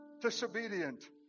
disobedient